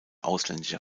ausländischer